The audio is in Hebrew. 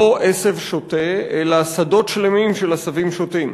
לא עשב שוטה אלא שדות שלמים של עשבים שוטים.